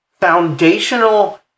foundational